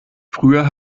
früher